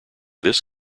this